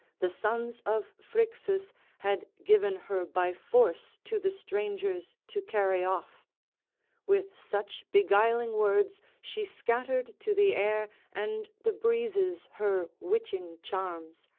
the sons of phrixus had given her by force to the strangers to carry off with such beguiling words she scattered to the air and the breezes her witching charms,